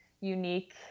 unique